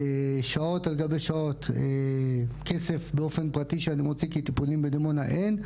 שעות על גבי שעות כסף באופן פרטי שאני מוציא כי טיפולים בדימונה אין,